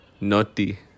naughty